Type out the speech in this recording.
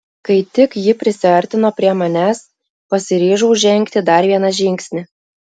kai tik ji prisiartino prie manęs pasiryžau žengti dar vieną žingsnį